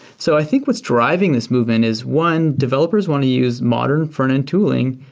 so i think what's driving this movement is, one, developers want to use modern frontend tooling,